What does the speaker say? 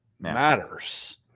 matters